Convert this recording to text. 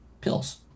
pills